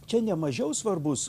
čia nemažiau svarbus